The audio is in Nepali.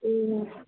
ए